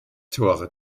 tore